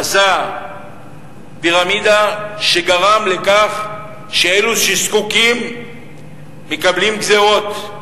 הוא עשה פירמידה שגרמה לכך שאלה שזקוקים מקבלים גזירות,